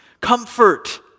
Comfort